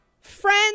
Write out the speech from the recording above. Friends